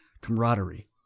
camaraderie